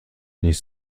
nicht